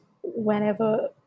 whenever